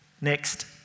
next